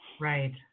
Right